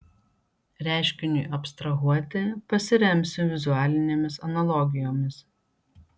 reiškiniui abstrahuoti pasiremsiu vizualinėmis analogijomis